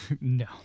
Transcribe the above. No